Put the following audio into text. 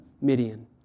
Midian